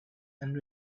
and